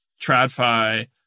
TradFi